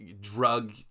drug